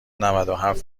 نودوهفت